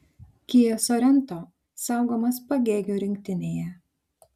kia sorento saugomas pagėgių rinktinėje